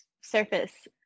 surface